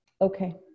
Okay